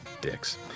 Dicks